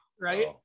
Right